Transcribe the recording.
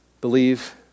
Believe